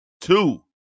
Two